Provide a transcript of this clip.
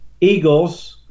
Eagles